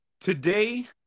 Today